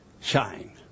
shine